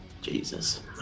Jesus